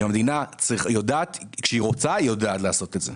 כשהמדינה רוצה היא יודעת לעשות את זה.